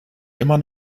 immer